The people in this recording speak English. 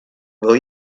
will